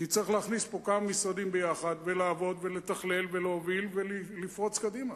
כי צריך להכניס פה כמה משרדים יחד ולעבוד ולהוביל ולפרוץ קדימה.